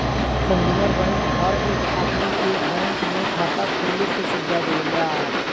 consumer bank हर एक आदमी के बैंक में खाता खोले के सुविधा देवेला